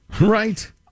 Right